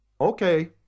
Okay